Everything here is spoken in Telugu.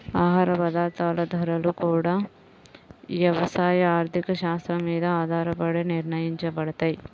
ఆహార పదార్థాల ధరలు గూడా యవసాయ ఆర్థిక శాత్రం మీద ఆధారపడే నిర్ణయించబడతయ్